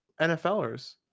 NFLers